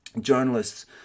journalists